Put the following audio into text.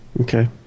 Okay